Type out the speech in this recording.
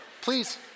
please